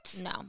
No